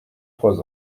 trois